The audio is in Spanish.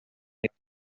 caso